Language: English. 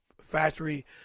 factory